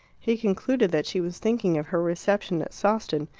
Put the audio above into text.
he concluded that she was thinking of her reception at sawston,